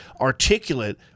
articulate